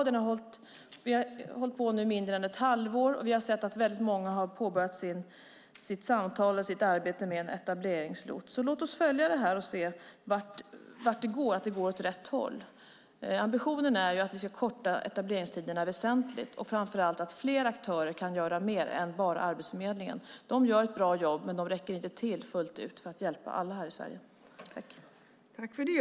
Vi har nu under mindre än ett halvår hållit på med detta, och vi har sett att väldigt många har påbörjat sitt samtal och sitt arbete med en etableringslots. Låt oss följa det här och se åt vilket håll det går, att det går åt rätt håll. Ambitionen är att vi väsentligt ska korta etableringstiderna och framför allt att fler aktörer än bara Arbetsförmedlingen kan göra mer. De gör ett bra jobb men räcker inte fullt ut till för att hjälpa alla här i Sverige.